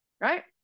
right